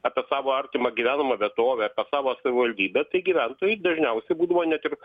apie savo artimą gyvenamą vietovę apie savo savivaldybę tai gyventojai dažniausiai būdavo net ir